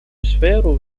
сферу